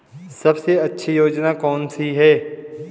सबसे अच्छी योजना कोनसी है?